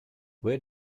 where